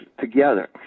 together